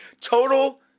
total